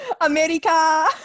America